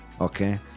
Okay